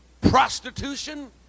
Prostitution